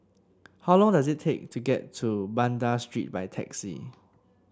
how long does it take to get to Banda Street by taxi